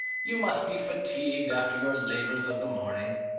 you must be fatigued after your labours of the morning.